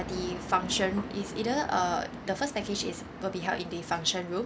the function is either uh the first package is will be held in the function room